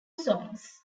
songs